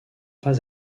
pas